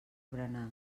berenar